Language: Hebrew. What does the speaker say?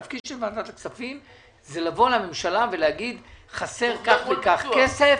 התפקיד של ועדת הכספים הוא לומר לממשלה חסר כך וכך כסף,